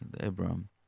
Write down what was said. Abraham